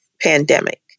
pandemic